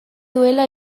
duela